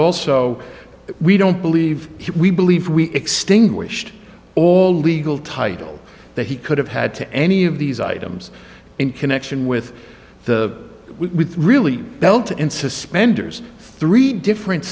also we don't believe we believe we extinguished all legal title that he could have had to any of these items in connection with the we really belt and suspenders three different